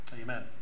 Amen